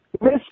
Miss